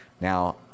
Now